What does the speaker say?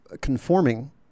conforming